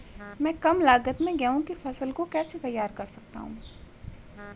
मैं कम लागत में गेहूँ की फसल को कैसे तैयार कर सकता हूँ?